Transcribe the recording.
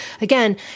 again